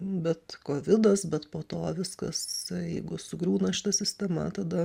bet kovidas bet po to viskas jeigu sugriūna šita sistema tada